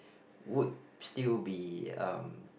would still be um